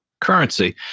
currency